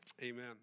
amen